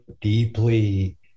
deeply